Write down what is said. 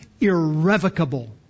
irrevocable